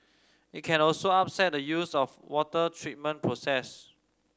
it can also upset the used of water treatment process